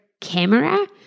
camera